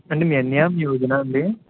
అంటే మీ అన్నయ్య మీ వదిన అండి